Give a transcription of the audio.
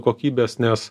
kokybės nes